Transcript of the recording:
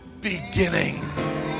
beginning